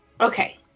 Okay